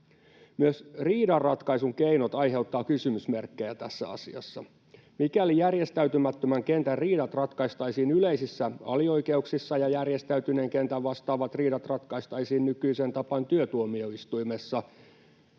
Myös riidanratkaisun keinot aiheuttavat kysymysmerkkejä tässä asiassa. Mikäli järjestäytymättömän kentän riidat ratkaistaisiin yleisissä alioikeuksissa ja järjestäytyneen kentän vastaavat riidat ratkaistaisiin nykyiseen tapaan työtuomioistuimessa,